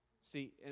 See